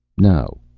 no.